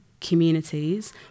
communities